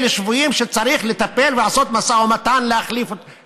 אלה שבויים שצריך לטפל ולעשות משא ומתן לחילופי שבויים.